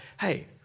hey